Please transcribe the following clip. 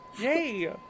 Yay